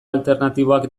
alternatiboak